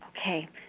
Okay